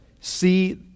See